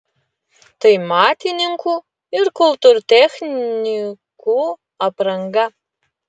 tai matininkų ir kultūrtechnikų apranga